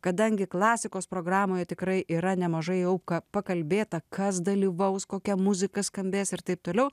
kadangi klasikos programoje tikrai yra nemažai auka pakalbėta kas dalyvaus kokia muzika skambės ir taip toliau